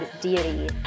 deity